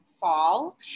fall